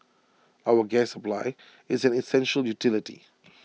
our gas supply is an essential utility